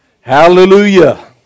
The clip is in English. Hallelujah